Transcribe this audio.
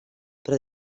però